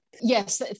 Yes